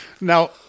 Now